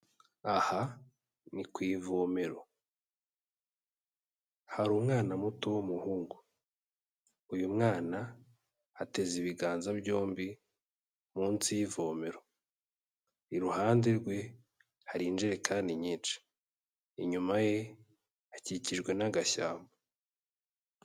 Aha ni ku ivomero, hari umwana muto w'umuhungu, uyu mwana ateze ibiganza byombi munsi y'ivomero, iruhande rwe hari injerekani nyinshi, inyuma ye hakikijwe n'agashyamba.